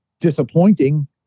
disappointing